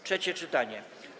Trzecie czytanie.